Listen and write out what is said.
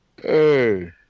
Hey